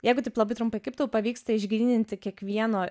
jeigu taip labai trumpai kaip tau pavyksta išgryninti kiekvieno